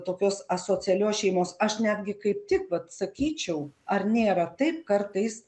tokios asocialios šeimos aš netgi kaip tik vat sakyčiau ar nėra taip kartais